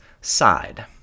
side